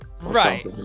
Right